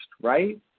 right